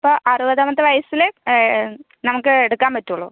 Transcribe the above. അപ്പോൾ അറുപതാമത്തെ വയസില് നമുക്ക് എടുക്കാൻ പറ്റുവൊള്ളൂ